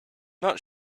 not